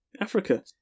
Africa